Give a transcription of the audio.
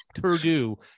Purdue